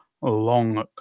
long